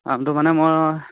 কামটো মানে মই